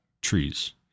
trees